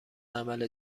عمل